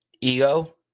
Ego